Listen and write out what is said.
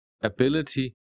ability